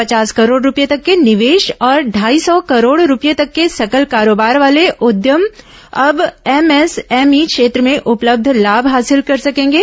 पवास करोड़ रुपये तक के निवेश और ढाई सौ करोड़ रुपये तक के सकल कारोबार वाले उद्यम अब एमएसएमई क्षेत्र में उपलब्ध लाभ हासिल कर सकेगे